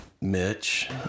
Mitch